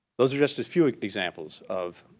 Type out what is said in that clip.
those are just a few examples of